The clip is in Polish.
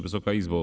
Wysoka Izbo!